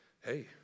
hey